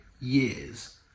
years